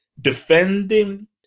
defending